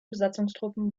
besatzungstruppen